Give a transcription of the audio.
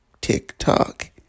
TikTok